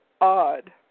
odd